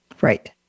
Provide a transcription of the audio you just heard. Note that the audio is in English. Right